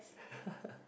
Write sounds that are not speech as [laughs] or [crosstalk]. [laughs]